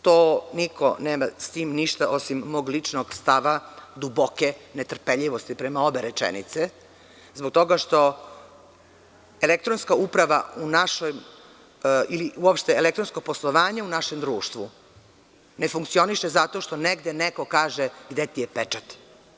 To niko s tim nema ništa osim mog ličnog stava duboke netrpeljivosti prema obe rečenice, zbog toga što elektronska uprava, ili uopšte elektronsko poslovanje u našem društvu ne funkcioniše zato što negde neko kaže – gde ti je pečat?